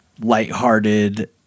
lighthearted